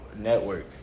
network